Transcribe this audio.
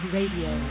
Radio